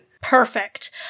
Perfect